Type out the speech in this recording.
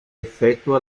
effettua